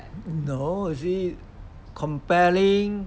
no you see comparing